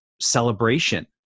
celebration